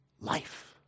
life